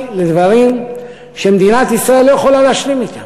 לדברים שמדינת ישראל לא יכולה להשלים אתם.